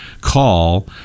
call